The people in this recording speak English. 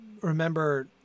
remember